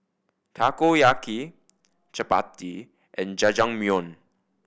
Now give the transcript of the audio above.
Takoyaki Chapati and Jajangmyeon